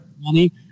money